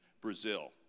brazil